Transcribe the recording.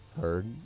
heard